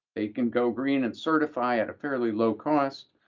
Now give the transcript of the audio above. they can go green and certify at a fairly low cost.